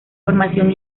formación